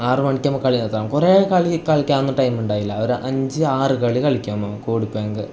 ആറ് മണിക്ക് നമ്മൾ കളി നിർത്തണം കുറേ കളി കളിക്കാനൊന്നും ടൈം ഉണ്ടായില്ല അവർ അഞ്ച് ആറ് കളി കളിക്കും കൂടി പോയെങ്കിൽ